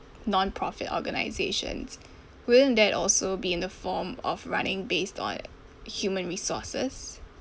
nonprofit organisations wouldn't that also be in the form of running based on human resources